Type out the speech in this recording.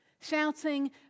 shouting